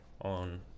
on